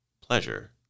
Pleasure